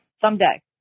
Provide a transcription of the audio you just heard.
someday